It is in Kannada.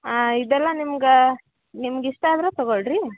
ಹಾಂ ಇದೆಲ್ಲ ನಿಮ್ಗೆ ನಿಮ್ಗೆ ಇಷ್ಟ ಆದ್ರೆ ತಗೊಳ್ಳಿ ರೀ